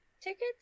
tickets